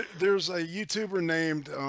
there's a youtuber named